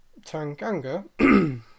Tanganga